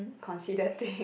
consider thing